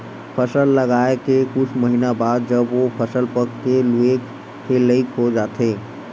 फसल लगाए के कुछ महिना बाद जब ओ फसल पक के लूए के लइक हो जाथे